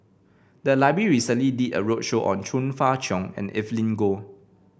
the library recently did a roadshow on Chong Fah Cheong and Evelyn Goh